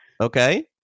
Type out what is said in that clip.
okay